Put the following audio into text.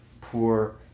poor